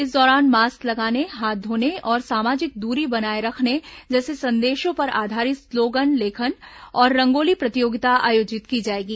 इस दौरान मास्क लगाने हाथ धोने और सामाजिक दूरी बनाए रखने जैसे संदेशों पर आधारित स्लोगन लेखन और रंगोली प्रतियोगिता आयोजित की जाएंगी